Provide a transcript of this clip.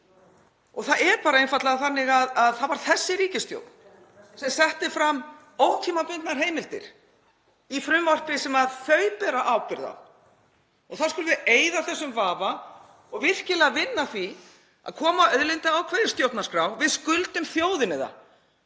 Það er einfaldlega þannig að það var þessi ríkisstjórn sem setti fram ótímabundnar heimildir í frumvarpi sem þau bera ábyrgð á og þá skulum við eyða þessum vafa og virkilega vinna að því að koma auðlindaákvæði í stjórnarskrá. Við skuldum þjóðinni það